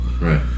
Right